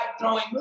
throwing